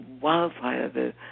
wildfire